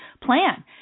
plan